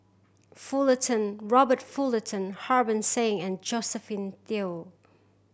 Fullerton Robert Fullerton Harbans Singh and Josephine Teo